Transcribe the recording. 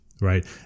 right